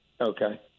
Okay